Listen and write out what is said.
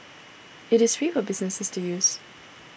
it is free for businesses to use